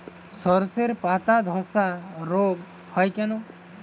শর্ষের পাতাধসা রোগ হয় কেন?